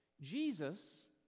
Jesus